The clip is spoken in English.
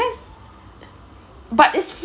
but it's